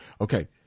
Okay